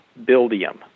Buildium